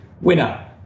winner